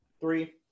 Three